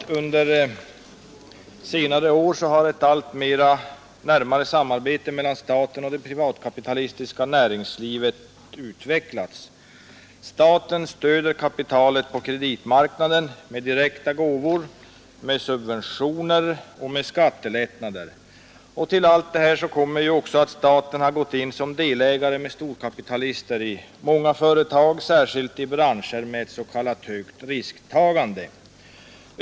Under senare år har ett allt närmare samarbete mellan staten och det privatkapitalistiska näringslivet utvecklats. Staten stöder kapitalet på kreditmarknaden med direkta gåvor, med subventioner och med skatte lättnader. Till allt detta kommer att staten gått in som delägare med storkapitalister i många företag, särskilt i branscher med s.k. högt risktagande.